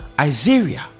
isaiah